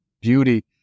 beauty